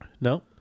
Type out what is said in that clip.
No